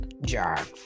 jar